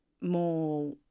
more